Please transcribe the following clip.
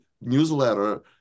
newsletter